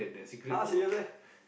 !huh! serious meh